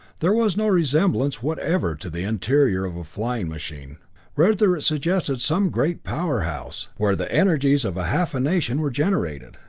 there was no resemblance whatever to the interior of a flying machine rather, it suggested some great power house, where the energies of half a nation were generated.